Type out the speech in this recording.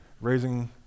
raising